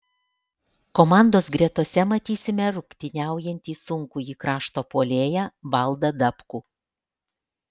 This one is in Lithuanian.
komandos gretose matysime rungtyniaujantį sunkųjį krašto puolėją valdą dabkų